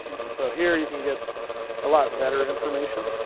and so here you can get a lot better information.